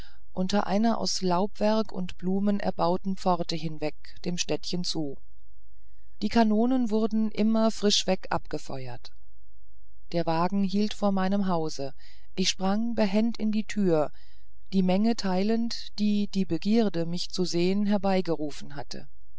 unter einer aus laubwerk und blumen erbauten pforte hinweg dem städtchen zu die kanonen wurden immer frischweg abgefeuert der wagen hielt vor meinem hause ich sprang behend in die tür die menge teilend die die begierde mich zu sehen herbeigerufen hatte